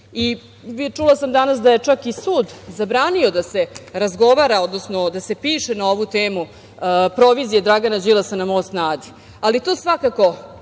Čula sam danas da je čak i sud zabranio da se razgovara, odnosno da se piše na ovu temu provizije Dragana Đilasa na Most na Adi, ali to svakako